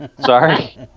Sorry